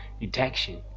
detection